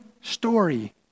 story